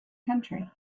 country